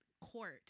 court